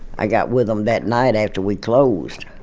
i got with them that night after we closed